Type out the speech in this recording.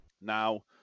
now